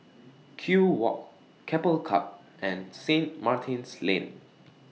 Kew Walk Keppel Club and Saint Martin's Lane